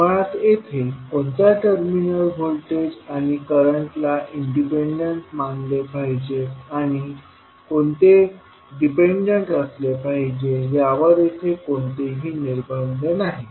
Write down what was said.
मुळात येथे कोणत्या टर्मिनल व्होल्टेज आणि करंटला इंडिपेंडंट मानले पाहिजेत आणि कोणते डिपेंडंट असले पाहिजे यावर येथे कोणतेही निर्बंध नाहीत